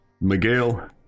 Miguel